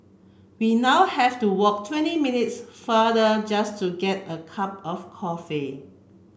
we now have to walk twenty minutes farther just to get a cup of coffee